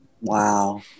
Wow